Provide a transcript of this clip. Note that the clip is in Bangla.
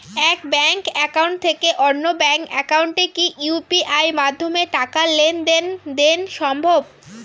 এক ব্যাংক একাউন্ট থেকে অন্য ব্যাংক একাউন্টে কি ইউ.পি.আই মাধ্যমে টাকার লেনদেন দেন সম্ভব?